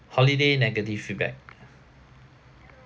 holiday negative feedback